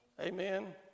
Amen